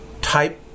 type